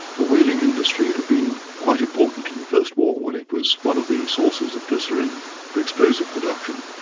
the whaling industry had been quite important in the first war when it was one of the sources of glycerine for explosive production,